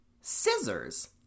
Scissors